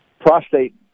Prostate